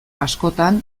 askotan